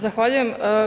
Zahvaljujem.